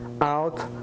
out